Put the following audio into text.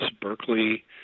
Berkeley